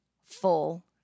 Full